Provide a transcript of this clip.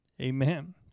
Amen